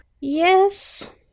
Yes